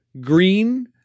Green